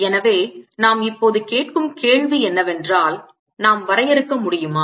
எனவே நாம் இப்போது கேட்கும் கேள்வி என்னவென்றால் நாம் வரையறுக்க முடியுமா